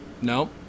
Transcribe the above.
No